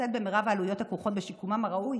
ולשאת במרב העלויות הכרוכות בשיקומם הראוי